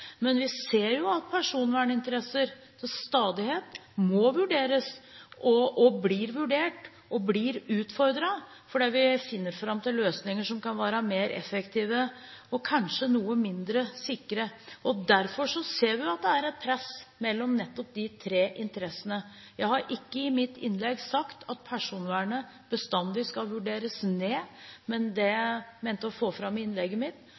Men vi ser at personverninteresser til stadighet må vurderes og blir vurdert og blir utfordret fordi vi finner fram til løsninger som kan være mer effektive og kanskje noe mindre sikre. Derfor ser vi at det er et press mellom nettopp de tre interessene. Jeg har ikke i mitt innlegg sagt at personvernet bestandig skal vurderes ned. Det jeg mente å få fram i innlegget mitt,